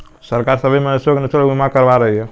सरकार सभी मवेशियों का निशुल्क बीमा करवा रही है